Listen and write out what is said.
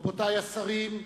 רבותי השרים,